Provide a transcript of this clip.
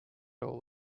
all